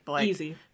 Easy